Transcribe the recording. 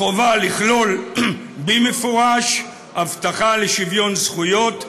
חובה לכלול במפורש הבטחה לשוויון זכויות.